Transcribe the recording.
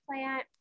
plant